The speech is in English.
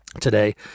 today